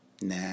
Nah